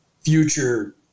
future